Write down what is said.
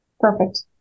Perfect